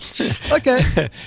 okay